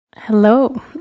Hello